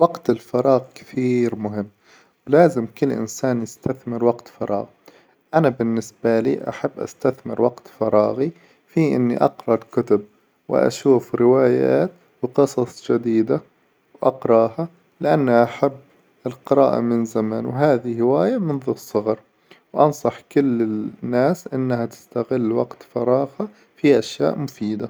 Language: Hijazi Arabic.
وقت الفراغ كثير مهم، ولازم كل إنسان يستثمر وقت فراغه، أنا بالنسبة لي أحب أستثمر وقت فراغي في إني اقرأ الكتب وأشوف روايات وقصص جديدة وأقراها، لأنه أحب القراءة من زمان، وهذي هواية منذ الصغر، وأنصح كل الناس إنها تستغل وقت فراغها في أشياء مفيدة.